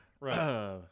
Right